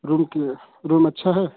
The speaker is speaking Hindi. रूम की रूम अच्छा है